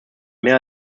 mehr